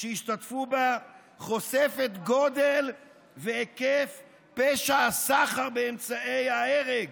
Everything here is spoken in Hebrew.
שישתתפו בה חושף את הגודל וההיקף של פשע הסחר באמצעי ההרג.